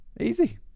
easy